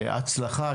הצלחה,